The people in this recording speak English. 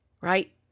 right